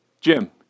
Jim